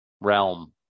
realm